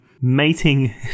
Mating